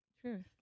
Truth